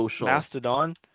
mastodon